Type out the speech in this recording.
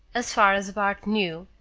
as far as bart knew,